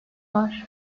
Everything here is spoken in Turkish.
var